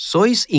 ¿Sois